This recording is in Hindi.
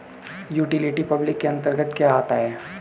यूटिलिटी पब्लिक के अंतर्गत क्या आता है?